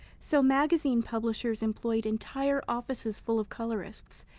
so magazine publishers employed entire offices full of colorists,